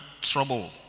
trouble